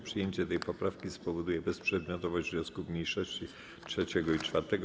Przyjęcie tej poprawki spowoduje bezprzedmiotowość wniosków mniejszości 3. i 4.